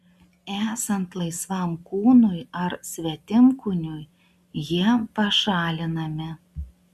esant laisvam kūnui ar svetimkūniui jie pašalinami